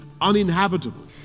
uninhabitable